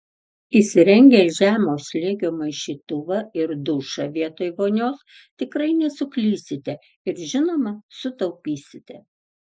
įsirengę žemo slėgio maišytuvą ir dušą vietoj vonios tikrai nesuklysite ir žinoma sutaupysite